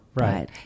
right